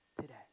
today